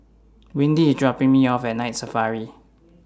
Windy IS dropping Me off At Night Safari